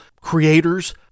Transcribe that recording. creators